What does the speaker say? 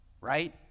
Right